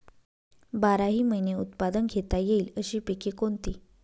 बाराही महिने उत्पादन घेता येईल अशी पिके कोणती?